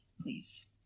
please